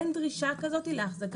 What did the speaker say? אין דרישה כזאת להחזקת שיטת הקידוד.